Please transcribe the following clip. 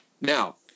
Now